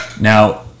Now